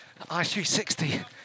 i360